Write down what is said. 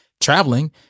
traveling